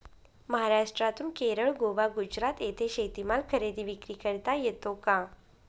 महाराष्ट्रातून केरळ, गोवा, गुजरात येथे शेतीमाल खरेदी विक्री करता येतो का?